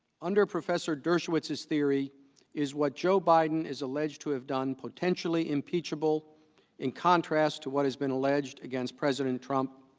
under professor dershowitz is theory is what joe biden is alleged to have donned potentially impeachable in contrast to what has been alleged against president from